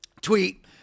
tweet